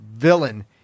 villain